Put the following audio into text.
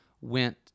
went